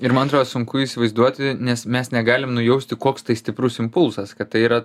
ir man atrodo sunku įsivaizduoti nes mes negalim nujausti koks tai stiprus impulsas kad tai yra